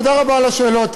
תודה רבה על השאלות.